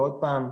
ועוד פעם,